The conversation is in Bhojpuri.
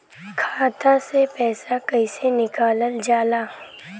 खाता से पैसा कइसे निकालल जाला?